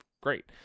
great